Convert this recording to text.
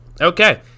Okay